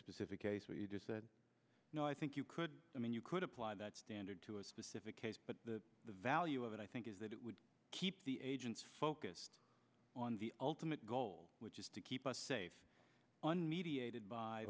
specific case where you just said no i think you could i mean you could apply that standard to a specific case but the value of it i think is that it would keep the agents focused on the ultimate goal which is to keep us safe unmediate